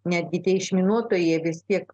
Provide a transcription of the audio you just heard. netgi tie išminuotojai jie vis tiek